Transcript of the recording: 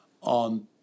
on